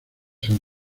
san